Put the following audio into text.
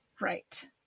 Right